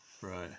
Right